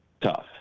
tough